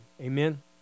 Amen